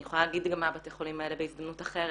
אני יכולה להגיד גם מה בתי החולים האלה בהזדמנות אחרת.